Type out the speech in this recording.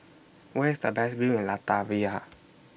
Where IS The Best View in Latvia